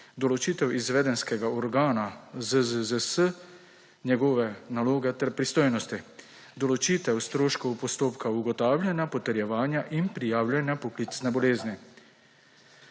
določitev izvedenskega organa ZZZS, njegove naloge ter pristojnosti, določitev stroškov postopka ugotavljanja, potrjevanja in prijavljanja poklicne bolezni.